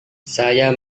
saya